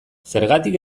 zergatik